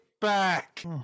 back